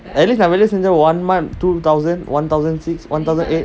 at least அந்தவேலைசெஞ்சா:antha vela senja to one month two thousand one thousand six one thousand eight